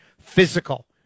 physical